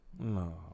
No